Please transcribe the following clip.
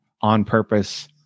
on-purpose